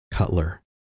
Cutler